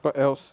what else